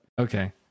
okay